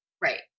Right